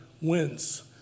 wins